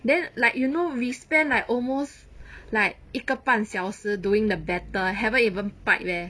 then like you know we spend like almost like 一个半小时 doing the butter haven't even pipe leh